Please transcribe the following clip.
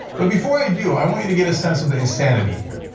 but before i do, i want you to get a sense of the insanity here.